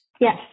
Yes